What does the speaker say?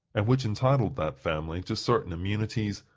and which entitled that family to certain immunities,